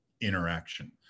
interaction